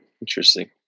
Interesting